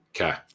Okay